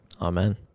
Amen